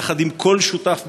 יחד עם כל שותף באזור,